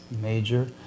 major